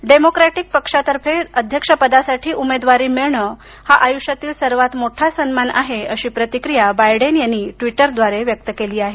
democratic पक्षातर्फ़े राष्ट्राध्यक्षपदासाठी उमेदवारी मिळणं हा आयुष्यातील सर्वांत मोठा सन्मान आहे अशी प्रतिक्रियाबायडेन यांनी ट्विटर द्वारे व्यक्त केली आहे